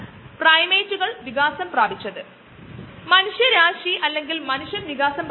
ഈ ഓർഗാനിസം വളരുമ്പോൾ ഈ പ്രത്യേകതരം ഓർഗാനിസത്തിനെ അവയെ ലാക്ടോബാസിലസ് എന്ന് വിളിക്കുന്നു അവ വളരുമ്പോൾ അവ ലാക്ടോ ആസിഡ് ഉണ്ടാകുന്നു